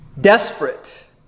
desperate